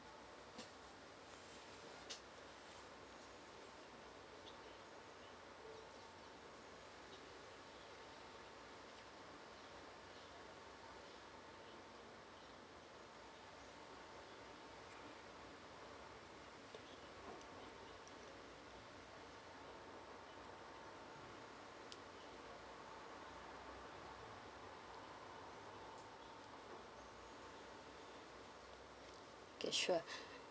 okay sure